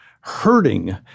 hurting